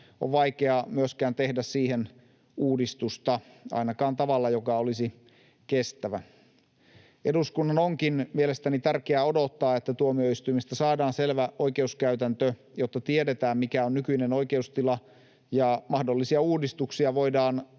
on vaikea myöskään tehdä siihen uudistusta ainakaan tavalla, joka olisi kestävä. Eduskunnan onkin mielestäni tärkeää odottaa, että tuomioistuimista saadaan selvä oikeuskäytäntö, jotta tiedetään, mikä on nykyinen oikeustila, ja mahdollisia uudistuksia voidaan